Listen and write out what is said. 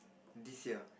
this year